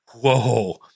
whoa